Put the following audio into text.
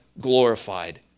glorified